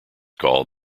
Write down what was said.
called